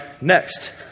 Next